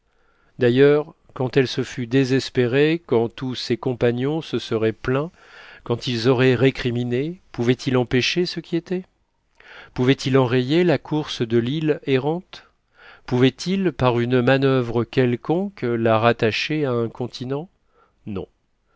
d'ailleurs quand elle se fût désespérée quand tous ses compagnons se seraient plaints quand ils auraient récriminé pouvaient-ils empêcher ce qui était pouvaient-ils enrayer la course de l'île errante pouvaient-ils par une manoeuvre quelconque la rattacher à un continent non